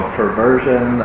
perversion